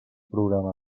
programa